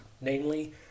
Namely